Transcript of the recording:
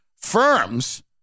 firms